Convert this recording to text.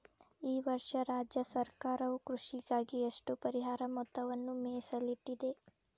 ಈ ವರ್ಷ ರಾಜ್ಯ ಸರ್ಕಾರವು ಕೃಷಿಗಾಗಿ ಎಷ್ಟು ಪರಿಹಾರ ಮೊತ್ತವನ್ನು ಮೇಸಲಿಟ್ಟಿದೆ?